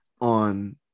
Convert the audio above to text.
on